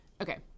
Okay